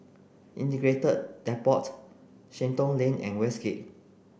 Integrated Depot Shenton Lane and Westgate